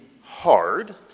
hard